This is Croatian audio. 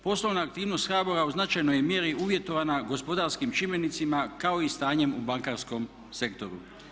Poslovna aktivnost HBOR-a u značajnoj je mjeri uvjetovana gospodarskim čimbenicima kao i stanjem u bankarskom sektoru.